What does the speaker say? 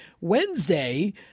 Wednesday